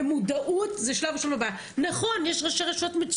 ומודעות זה שלב ראשון בפתרון הבעיה.